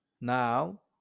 Now